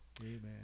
Amen